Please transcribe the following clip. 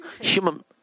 human